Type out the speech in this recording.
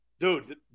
Dude